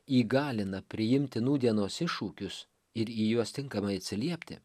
įgalina priimti nūdienos iššūkius ir į juos tinkamai atsiliepti